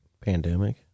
Pandemic